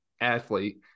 athlete